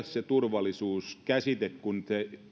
se turvallisuuskäsite kun